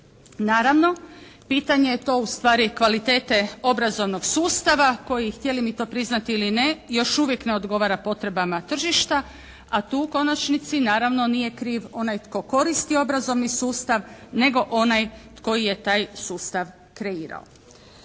Naravno, pitanje je to ustvari kvalitete obrazovnog sustava koji htjeli mi to priznati ili ne još uvijek ne odgovara potrebama tržišta a tu u konačnici naravno nije kriv onaj tko koristi obrazovni sustav nego onaj koji je taj sustav kreirao.